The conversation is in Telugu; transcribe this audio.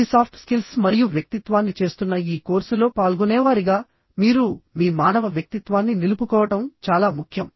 ఈ సాఫ్ట్ స్కిల్స్ మరియు వ్యక్తిత్వాన్ని చేస్తున్న ఈ కోర్సులో పాల్గొనేవారిగా మీరు మీ మానవ వ్యక్తిత్వాన్ని నిలుపుకోవడం చాలా ముఖ్యం